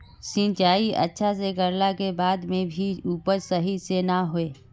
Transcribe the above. सिंचाई अच्छा से कर ला के बाद में भी उपज सही से ना होय?